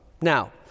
Now